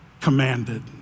commanded